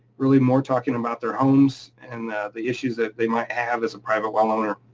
really more talking about their homes and the issues that they might have as a private well owner.